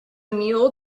mule